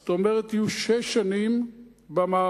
זאת אומרת, יהיו שש שנים במעברות.